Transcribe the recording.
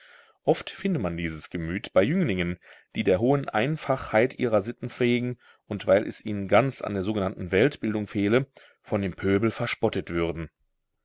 oft finde man dieses gemüt bei jünglingen die der hohen einfach heit ihrer sitten wegen und weil es ihnen ganz an der sogenannten weltbildung fehle von dem pöbel verspottet würden